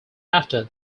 after